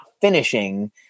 finishing